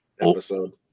episode